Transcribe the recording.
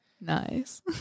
Nice